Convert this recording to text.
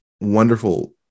wonderful